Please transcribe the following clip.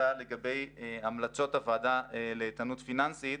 לגבי המלצות הוועדה לאיתנות פיננסית,